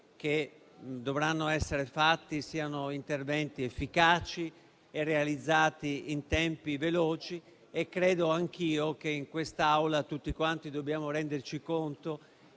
che dovranno essere fatti siano efficaci e realizzati in tempi veloci. Credo anch'io che in quest'Aula tutti quanti dobbiamo renderci conto